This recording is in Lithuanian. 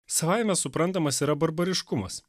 savaime suprantamas yra barbariškumas